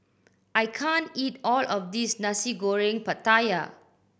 I can't eat all of this Nasi Goreng Pattaya